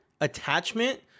attachment